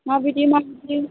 माबायदि माबायदि